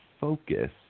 focus